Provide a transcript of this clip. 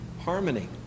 harmony